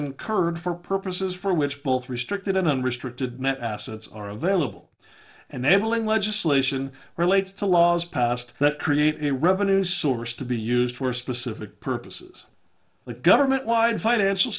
incurred for purposes for which both restricted and unrestricted net assets are available and enabling legislation relates to laws passed that create a revenue source to be used for specific purposes the government wide financial